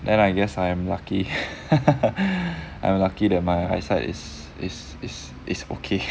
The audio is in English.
then I guess I am lucky I'm lucky that my eyesight is is is is okay